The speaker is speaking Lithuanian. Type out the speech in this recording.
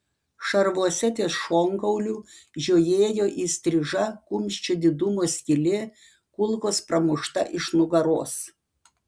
šarvuose ties šonkauliu žiojėjo įstriža kumščio didumo skylė kulkos pramušta iš nugaros